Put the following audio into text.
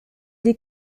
les